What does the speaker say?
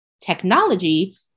technology